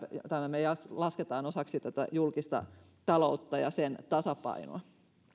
lasketaan osaksi tätä julkista taloutta ja sen tasapainoa